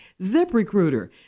ZipRecruiter